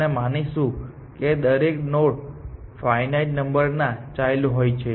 અમે માનીશું કે દરેક નોડમાં ફાઇનાઇટ નંબરના ચાઈલ્ડ હોય છે